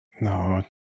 No